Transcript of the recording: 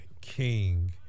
king